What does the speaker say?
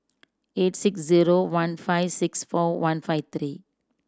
eight six zero one five six four one five three